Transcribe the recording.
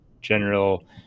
general